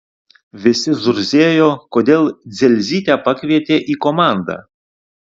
visi zurzėjo kodėl dzelzytę pakvietė į komandą